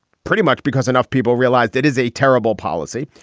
pretty much because enough people realised it is a terrible policy.